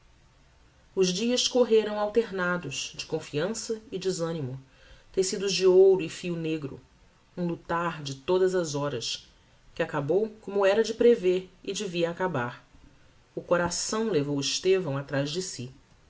os dias correram alternados de confiança e desanimo tecidos de ouro e fio negro um lutar de todas as horas que acabou como era de prever e devia acabar o coração levou estevão atraz de si